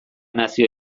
nazio